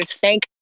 Thank